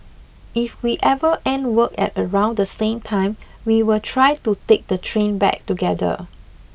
if we ever end work at around the same time we will try to take the train back together